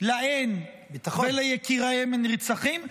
להן וליקיריהן הנרצחים -- ביטחון.